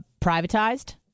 privatized